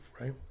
Right